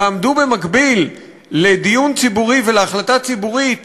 ועמדו במקביל לדיון ציבורי ולהחלטה ציבורית